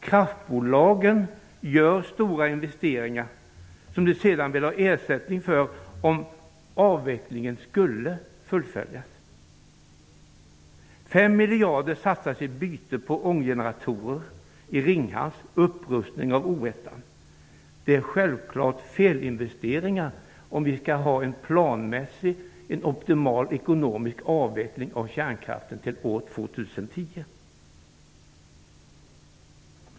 Kraftbolagen gör stora investeringar som de sedan vill ha ersättning för om avvecklingen skulle fullföljas. Fem miljarder satsas på byte av ånggeneratorer i Ringhals och upprustning av O1. Det är självklart felinvesteringar om vi skall ha en planmässig, optimal, ekonomisk avveckling av kärnkraften till år 2010.